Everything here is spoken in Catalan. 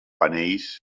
panells